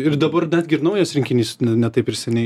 ir dabar net gi ir naujas rinkinys ne taip ir seniai